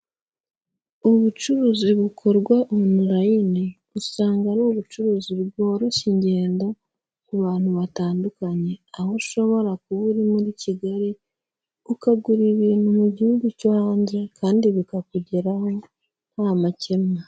Ubucuruzi bukorwa online, usanga ari ubucuruzi bworoshye ingendo ku bantu batandukanye, aho ushobora kuba uri muri Kigali, ukagura ibintu mu gihugu cyo hanze kandi bikakugeraho nta makemwa.